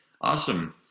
Awesome